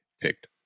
picked